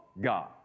God